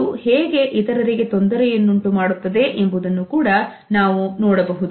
ಇದು ಹೇಗೆ ಇತರರಿಗೆ ತೊಂದರೆಯನ್ನುಂಟುಮಾಡುತ್ತದೆ ಎಂಬುದನ್ನು ಕೂಡ ನಾವು ನೋಡಬಹುದು